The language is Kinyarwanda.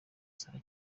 saa